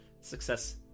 Success